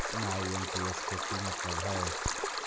IMPS के कि मतलब है?